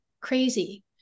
crazy